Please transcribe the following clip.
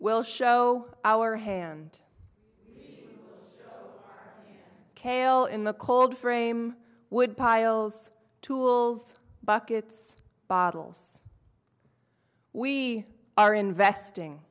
will show our hand kale in the cold frame woodpiles tools buckets bottles we are investing